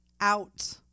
out